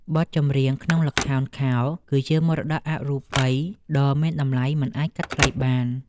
បទចម្រៀងក្នុងល្ខោនខោលគឺជាមរតកអរូបីដ៏មានតម្លៃមិនអាចកាត់ថ្លៃបាន។